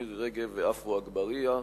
מירי רגב ועפו אגבאריה,